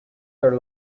their